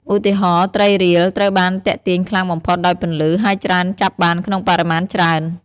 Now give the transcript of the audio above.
ឧទាហរណ៍ ត្រីរៀល ត្រូវបានទាក់ទាញខ្លាំងបំផុតដោយពន្លឺ ហើយច្រើនចាប់បានក្នុងបរិមាណច្រើន។